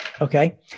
Okay